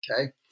okay